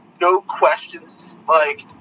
no-questions-like